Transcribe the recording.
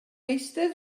eistedd